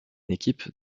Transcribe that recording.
équipe